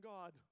God